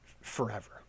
forever